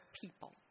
people